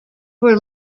were